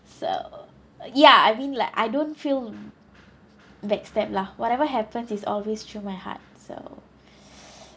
so ya I mean like I don't feel backstab lah whatever happens is always through my heart so